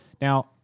Now